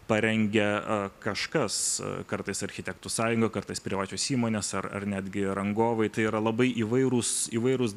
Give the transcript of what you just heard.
parengia kažkas kartais architektų sąjunga kartais privačios įmonės ar netgi rangovai tai yra labai įvairūs įvairūs